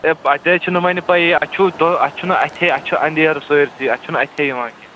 ہے اَتہِ حظ چھُ نہٕ وۄنۍ پَیی اَتہِ چھُو دٕہ اَتہِ چھُنہٕ اَتھے اَتہِ چھُ انٛدیر سٲرسٕے اَتھ چھُ نہٕ اَتھے یِوان کیٚنٛہہ